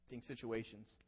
situations